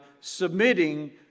submitting